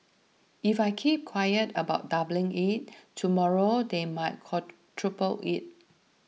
if I keep quiet about doubling it tomorrow they might quadruple it